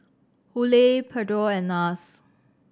Hurley Pedro and Nars